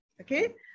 okay